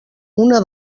una